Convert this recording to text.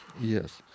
yes